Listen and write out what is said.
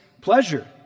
pleasure